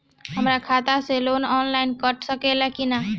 हमरा खाता से लोन ऑनलाइन कट सकले कि न?